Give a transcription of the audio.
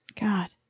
God